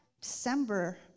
December